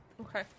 Okay